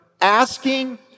asking